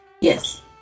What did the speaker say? Yes